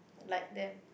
like that